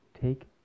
Take